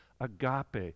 Agape